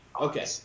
Okay